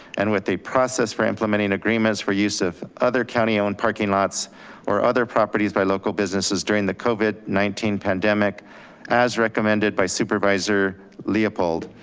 and with a process for implementing agreements for use of other county owned parking lots or other properties by local businesses during the covid nineteen pandemic as recommended by supervisor leopold.